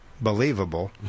believable